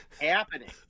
happening